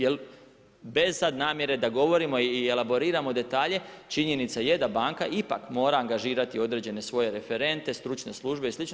Jer bez sad namjere da govorimo i elaboriramo detalje, činjenica je da banka ipak mora angažirati određene svoje referente, stručne službe i sl.